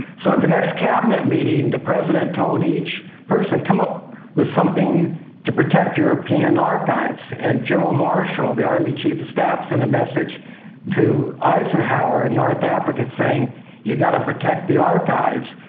so at the next cabinet meeting the president told each person, come up with something to protect european archives. and general marshall, the army chief of staff, sent a message to eisenhower in north africa saying you've got to protect the archives.